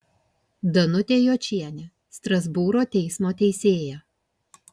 danutė jočienė strasbūro teismo teisėja